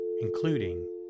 including